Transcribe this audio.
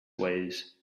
ways